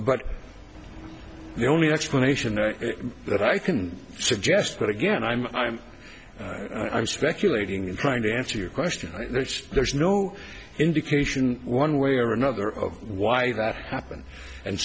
but the only explanation that i can suggest but again i'm i'm i'm speculating and trying to answer your question there's no indication one way or another of why that happened and